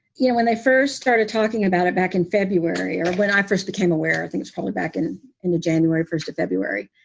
you know, when i first started talking about it back in february or when i first became aware, i think it's probably back in in the january first of february.